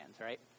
right